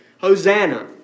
Hosanna